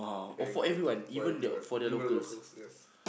exactly for everyone even locals yes